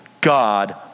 God